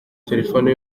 telephone